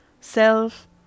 self